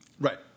Right